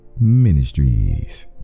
Ministries